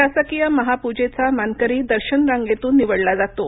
शासकीय महापूजेचा मानकरी दर्शन रांगेतून निवडला जातो